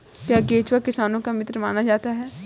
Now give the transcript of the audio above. क्या केंचुआ किसानों का मित्र माना जाता है?